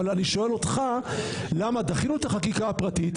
אבל אני שואל אותך למה דחינו את החקיקה הפרטית,